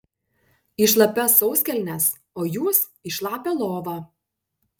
į šlapias sauskelnes o jūs į šlapią lovą